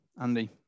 Andy